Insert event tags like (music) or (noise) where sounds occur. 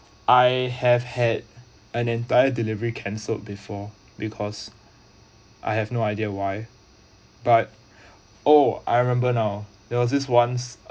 I have had an entire delivery cancelled before because I have no idea why but (breath) oh I remember now there was this once